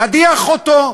להדיח אותו,